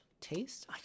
taste